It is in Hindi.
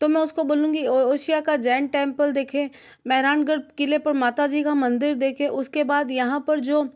तो मैं उसको बोलूँगी ओसिया का जैन टेंपल देखे मेहरानगढ़ किले पर माता जी का मंदिर देखे उसके बाद यहाँ पर जो